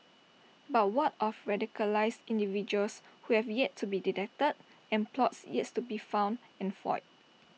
but what of radicalised individuals who have yet to be detected and plots yes to be found and foiled